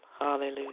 Hallelujah